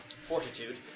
fortitude